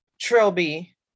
Trilby